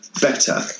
better